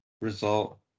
result